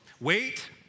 Wait